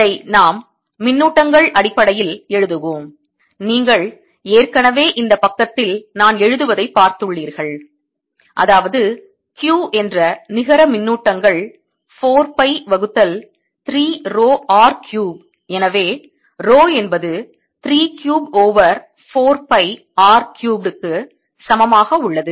இதை நாம் மின்னூட்டங்கள் அடிப்படையில் எழுதுவோம் நீங்கள் ஏற்கனவே இந்த பக்கத்தில் நான் எழுதுவதை பார்த்துள்ளீர்கள் அதாவது Q என்ற நிகர மின்னூட்டங்கள் 4 பை வகுத்தல் 3 ரோ R கியூப் எனவே ரோ என்பது 3 cube over 4 pi R cubed க்கு சமமாக உள்ளது